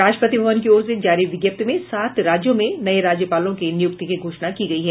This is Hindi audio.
राष्ट्रपति भवन की ओर से जारी विज्ञप्ति में सात राज्यों में नये राज्यपाल की नियुक्ति की घोषणा की गयी है